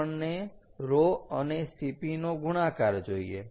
આપણને ρ અને Cp નો ગુણાકાર જોઈએ